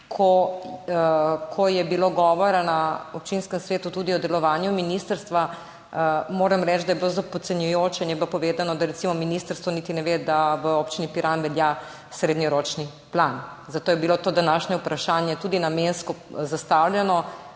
ko je bilo govora na občinskem svetu tudi o delovanju ministrstva, moram reči, da je bilo zelo podcenjujoče in je bilo povedano, da recimo ministrstvo niti ne ve, da v občini Piran velja srednjeročni plan. Zato je bilo to današnje vprašanje tudi namensko zastavljeno,